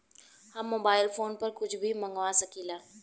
हम mobile phone पर कुछ भी मंगवा सकिला?